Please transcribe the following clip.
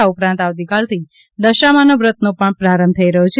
આ ઉપરાંત આવતીકાલથી દશામાનો વ્રતનો પણ પ્રારંભ થઈ રહ્યો છે